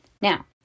Now